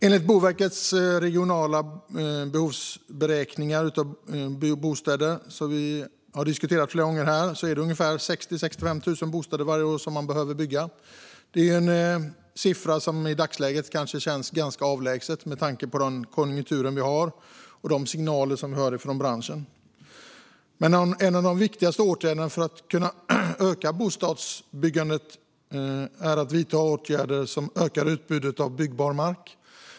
Enligt Boverkets regionala behovsberäkningar när det gäller att bygga bostäder, som vi har diskuterat flera gånger här, behöver man bygga ungefär 60 000-65 000 bostäder varje år. Det är en siffra som i dagsläget kanske känns ganska avlägsen med tanke på den konjunktur vi har och de signaler som vi hör från branschen. Något av det viktigaste för att man ska kunna öka bostadsbyggandet är att man vidtar åtgärder som ökar utbudet av byggbar mark.